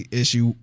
issue